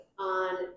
on